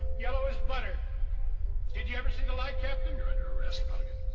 yellow as butter did you ever see the light, captain? you're under arrest, mulligan.